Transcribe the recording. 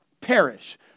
perish